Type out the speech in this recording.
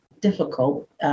difficult